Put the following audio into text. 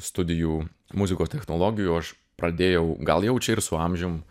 studijų muzikos technologijų aš pradėjau gal jau čia ir su amžium